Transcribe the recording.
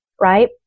right